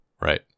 Right